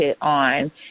on